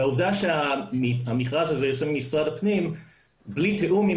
והעובדה שהמכרז הזה יוצא ממשרד הפנים בלי תיאום עם